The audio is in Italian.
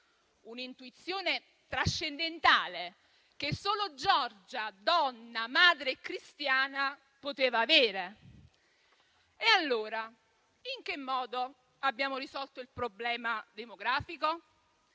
un'intuizione trascendentale che solo Giorgia - donna, madre e cristiana - poteva avere? E allora in che modo abbiamo risolto il problema demografico?